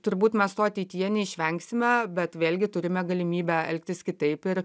turbūt mes to ateityje neišvengsime bet vėlgi turime galimybę elgtis kitaip ir